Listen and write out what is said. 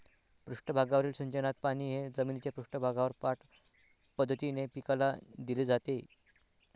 पृष्ठभागावरील सिंचनात पाणी हे जमिनीच्या पृष्ठभागावर पाठ पद्धतीने पिकाला दिले जाते